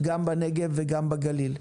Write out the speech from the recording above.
גם בנגב וגם בגליל.